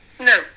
no